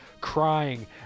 Crying